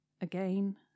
again